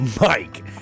Mike